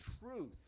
truth